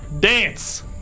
Dance